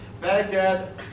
Baghdad